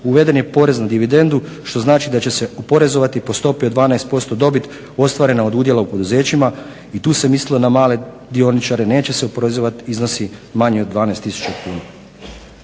Uveden je porez na dividendu, što znači da će se oporezovati po stopi od 12% dobit ostvarena od udjela u poduzećima i tu se mislilo na male dioničare. Neće se oporezovati iznosi manji od 12000 kuna.